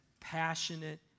passionate